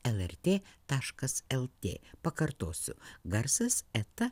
lrt taškas lt pakartosiu garsas eta